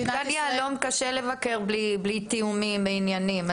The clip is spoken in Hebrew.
במתקן יהלו"ם קשה לבקר בלי תיאומים ועניינים.